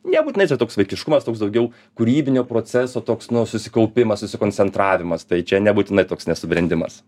nebūtinai čia toks vaikiškumas toks daugiau kūrybinio proceso toks nu susikaupimas susikoncentravimas tai čia nebūtinai toks nesubrendimas